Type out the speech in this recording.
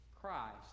Christ